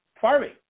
farming